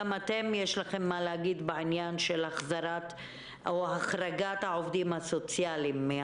גם לכם יש מה להגיד בעניין החזרת או החרגת העובדים הסוציאליים?